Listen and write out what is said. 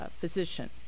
physician